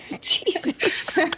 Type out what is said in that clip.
Jesus